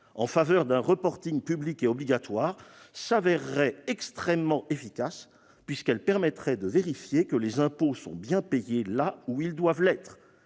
en faveur d'un reporting public et obligatoire s'avérerait extrêmement efficace, puisqu'elle permettrait de vérifier que les impôts sont bien payés là où ils doivent l'être.